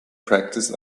practiced